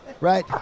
Right